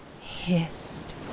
hissed